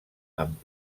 amb